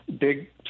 Big